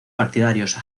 partidarios